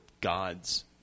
God's